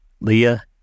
Leah